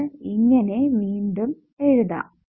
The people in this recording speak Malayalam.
അത് ഇങ്ങനെ വീണ്ടും എഴുതാം